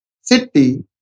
City